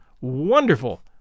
Wonderful